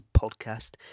podcast